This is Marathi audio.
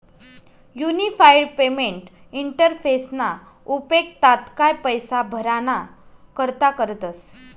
युनिफाईड पेमेंट इंटरफेसना उपेग तात्काय पैसा भराणा करता करतस